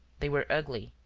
they were ugly,